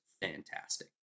fantastic